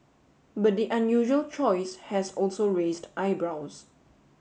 but the unusual choice has also raised eyebrows